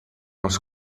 els